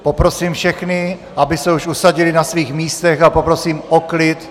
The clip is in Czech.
Poprosím všechny, aby se už usadili na svých místech, a poprosím o klid.